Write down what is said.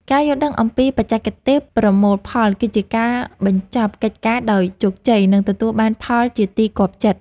ការយល់ដឹងអំពីបច្ចេកទេសប្រមូលផលគឺជាការបញ្ចប់កិច្ចការដោយជោគជ័យ និងទទួលបានផលជាទីគាប់ចិត្ត។